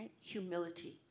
Humility